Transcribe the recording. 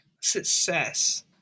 success